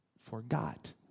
forgot